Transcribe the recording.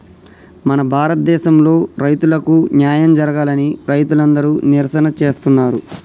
మన భారతదేసంలో రైతులకు న్యాయం జరగాలని రైతులందరు నిరసన చేస్తున్నరు